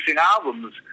albums